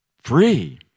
free